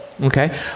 Okay